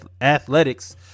athletics